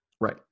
Right